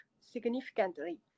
significantly